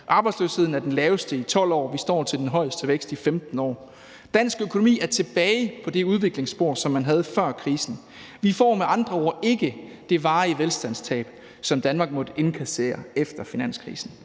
Arbejdsløsheden er den laveste i 12 år. Vi står til den højeste vækst i 15 år. Dansk økonomi er tilbage på det udviklingsspor, som man havde før krisen. Vi får med andre ord ikke det varige velstandstab, som Danmark måtte indkassere efter finanskrisen.